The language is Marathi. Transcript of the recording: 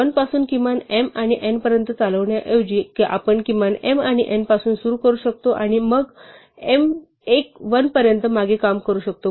1 पासून किमान m आणि n पर्यंत चालवण्याऐवजी आपण किमान m आणि n पासून सुरू करू शकतो आणि 1 पर्यंत मागे काम करू शकतो